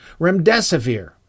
Remdesivir